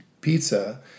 pizza